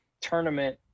tournament